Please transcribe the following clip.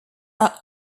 are